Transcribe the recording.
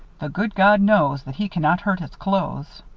the good god knows that he cannot hurt his clothes.